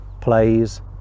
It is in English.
plays